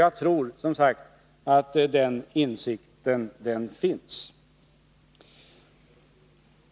Jag tror som sagt att den insikten finns.